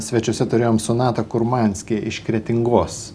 svečiuose turėjom sonatą kurmanski iš kretingos